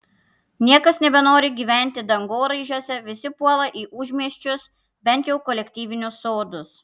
niekas nebenori gyventi dangoraižiuose visi puola į užmiesčius bent jau kolektyvinius sodus